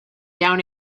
down